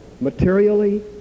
materially